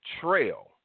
trail